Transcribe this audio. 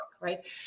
Right